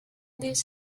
this